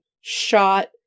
shot